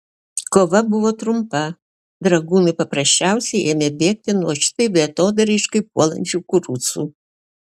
kova buvo trumpa dragūnai paprasčiausiai ėmė bėgti nuo šitaip beatodairiškai puolančių kurucų